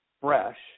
fresh